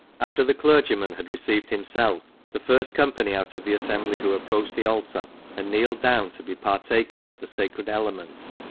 after the clergyman had received himself, the first company out of the assembly who approached the altar, and kneeled down to be partakers of the sacred ele ments,